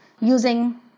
using